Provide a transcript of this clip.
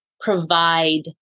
provide